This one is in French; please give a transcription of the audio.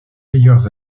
meilleures